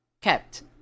kept